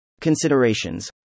Considerations